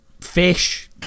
fish